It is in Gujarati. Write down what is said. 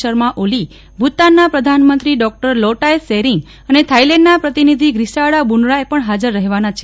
શર્મા ઓલી ભુતાનના પ્રધાનમંત્રી ડોકટર લોટાય ત્શેરીંગ અને થાઈલેન્ડના પ્રતિનિધિ ગ્રીસાડા બૂનરાય પણ હાજર રહેવાના છે